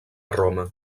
roma